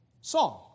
song